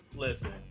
listen